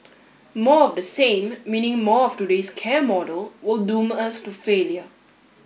more of the same meaning more of today's care model will doom us to failure